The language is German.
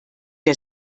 der